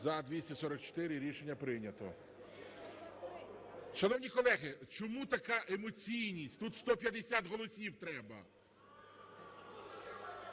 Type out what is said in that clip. За-244 Рішення прийнято. Шановні колеги, чому така емоційність? Тут 150 голосів треба.